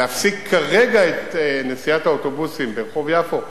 להפסיק כרגע את נסיעת האוטובוסים ברחוב יפו,